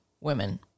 women